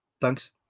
Thanks